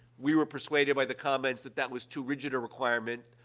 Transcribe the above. we were persuaded by the comments that that was too rigid a requirement,